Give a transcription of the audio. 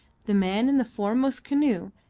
the man in the foremost canoe,